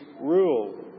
rule